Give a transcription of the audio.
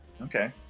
Okay